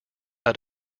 how